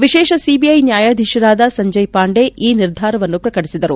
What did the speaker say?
ವಿಶೇಷ ಸಿಬಿಐ ನ್ಯಾಯಾಧೀಶರಾದ ಸಂಜಯ್ ಪಾಂಡೆ ಈ ನಿರ್ಧಾರವನ್ನು ಪ್ರಕಟಿಸಿದರು